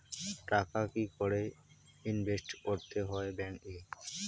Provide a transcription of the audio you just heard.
টাকা কি করে ইনভেস্ট করতে হয় ব্যাংক এ?